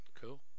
Cool